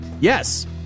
Yes